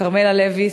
כרמלה לוי,